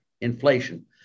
inflation